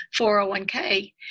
401k